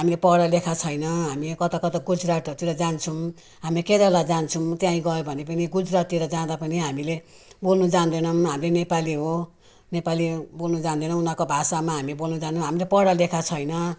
हामीले पढालेखा छैन हामी कता कता गुजरातहरूतिर जान्छौँ हामी केरला जान्छौँ त्यहीँ गयौँ भने पनि गुजराततिर जाँदा पनि हामीले बोल्न जान्दैनौँ हामी नेपाली हौँ नेपाली बोल्न जान्दैनौँ उनीहरूको भाषामा हामी बोल्न जान्दैनौँ हामीले पढालेखा छैन